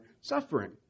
suffering